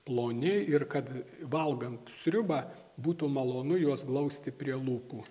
ploni ir kad valgant sriubą būtų malonu juos glausti prie lūpų